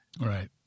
right